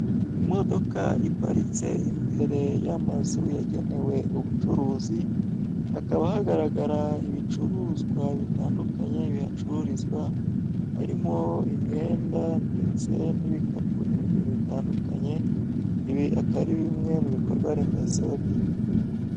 Imodoka iparitse imbere y'amazu yagenewe ubucuruzi, hakaba hagaragara ibicuruzwa bitandukanye bihacururizwa, harimo imyenda ndetse n'ibikapu n'ibindi bintu bitandukanye, ibi akaba ari bimwe mu bikorwaremezo by'igihugu.